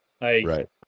Right